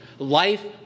Life